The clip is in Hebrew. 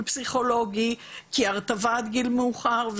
פסיכולוגי כי היא הרטיבה עד גיל מאוחר.